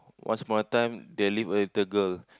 Once Upon a Time there live a little girl